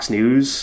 News